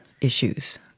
issues